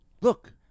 look